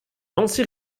nancy